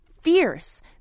fierce